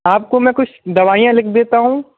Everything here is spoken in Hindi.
आपको मैं कुछ दवाइयाँ लिख देता हूँ